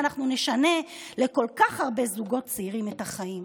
ואנחנו נשנה לכל-כך הרבה זוגות צעירים את החיים.